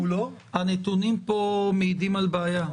הנתונים פה מעידים על בעיה.